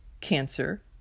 cancer